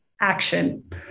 action